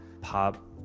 pop